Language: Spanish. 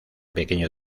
pequeño